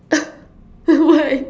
why